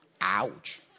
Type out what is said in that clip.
Ouch